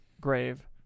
grave